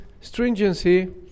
stringency